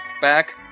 back